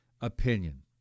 opinion